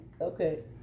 Okay